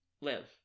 live